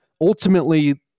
ultimately